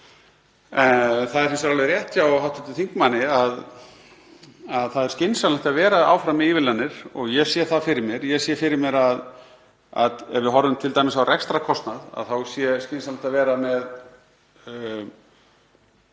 Það er hins vegar alveg rétt hjá hv. þingmanni að það er skynsamlegt að vera áfram með ívilnanir og ég sé það fyrir mér. Ég sé fyrir mér að ef við horfum t.d. á rekstrarkostnað þá sé skynsamlegt að vera með